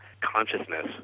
consciousness